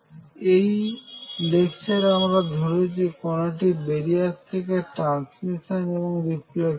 এই লেকচারে আমরা ধরেছি কোনটি বেরিয়ার থেকে ট্রান্সমিশন এবং রিফ্লেকশন হয়